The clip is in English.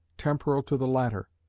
temporal to the latter.